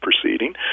proceeding